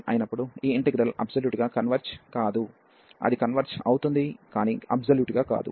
p1 అయినప్పుడు ఈ integral absolute గా కన్వర్జ్ కాదు అది కన్వర్జ్ అవుతుంది కాని అబ్సొల్యూట్ గా కాదు